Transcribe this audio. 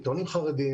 עיתונים חרדיים,